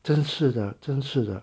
真是 lah 真是 lah